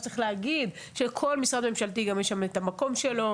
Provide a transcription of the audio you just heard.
צריך להגיד שכל משרד ממשלתי יש שם את המקום שלו,